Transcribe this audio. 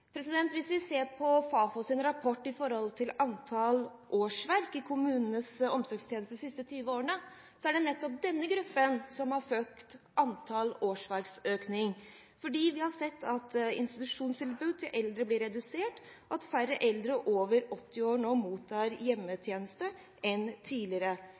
Hvis vi ser på Fafos rapport når det gjelder antall årsverk i kommunenes omsorgstjeneste de siste 20 årene, er det nettopp denne gruppen som har ført til økning i antall årsverk, fordi vi har sett at institusjonstilbud til eldre blir redusert, og at færre eldre over 80 år nå mottar hjemmetjenester enn tidligere.